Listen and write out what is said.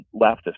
leftist